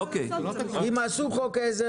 אם עשו חוק עזר,